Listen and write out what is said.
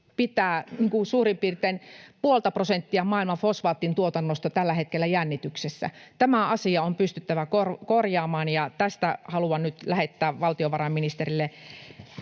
pitää suurin piirtein puolta prosenttia maailman fosfaatin tuotannosta tällä hetkellä jännityksessä. Tämä asia on pystyttävä korjaamaan. Tästä haluan nyt lähettää valtiovarainministerille